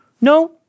No